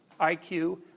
IQ